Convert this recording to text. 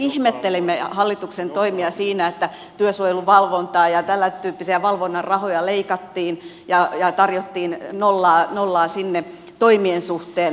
me ihmettelimme hallituksen toimia siinä että työsuojeluvalvonnan ja tämäntyyppisen valvonnan rahoja leikattiin ja tarjottiin nollaa sinne toimien suhteen